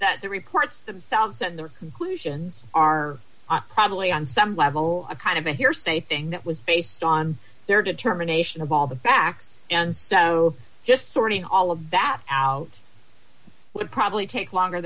if the reports themselves and their conclusions are probably on some level a kind of a hearsay thing that was based on their determination of all the facts and so just sorting all of that out would probably take longer